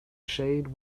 shade